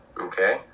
Okay